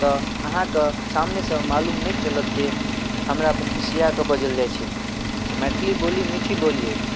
तऽ अहाँकेॅं सामने सँ मालूम नहि चलत जे हमरा पर खिसिया कऽ बजल जाए छै तऽ मैथिली बोली मीठी बोली अछि